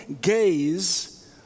gaze